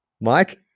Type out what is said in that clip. Mike